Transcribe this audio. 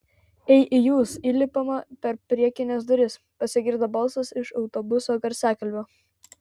ei jūs įlipama per priekines duris pasigirdo balsas iš autobuso garsiakalbio